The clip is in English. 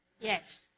yes